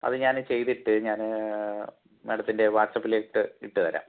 അത് ഞാൻ ചെയ്തിട്ട് ഞാൻ മാഡത്തിൻ്റെ വാട്സാപ്പിൽ ഇട്ട് ഇട്ടു തരാം